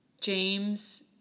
James